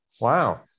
Wow